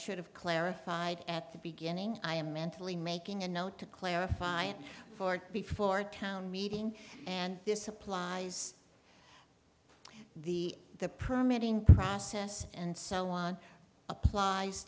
should have clarified at the beginning i am mentally making a note to clarify it for before town meeting and this applies the the permit in process and so on applies